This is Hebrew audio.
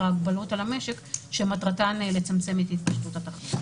ההגבלות על המשק שמטרתן לצמצם את התפשטות התחלואה.